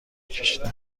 کشیده